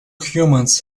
humans